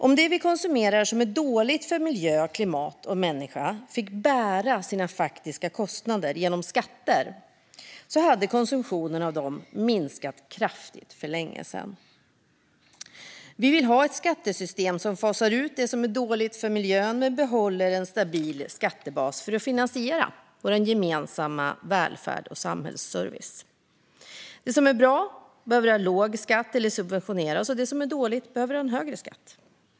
Om det vi konsumerar som är dåligt för miljö, klimat och människa fick bära sina faktiska kostnader genom skatter hade konsumtionen av detta minskat kraftigt för länge sedan. Vi vill ha ett skattesystem som fasar ut det som är dåligt för miljön men behåller en stabil skattebas för att finansiera vår gemensamma välfärd och samhällsservice. Det som är bra behöver ha låg skatt eller subventioneras, och det som är dåligt behöver ha en högre skatt.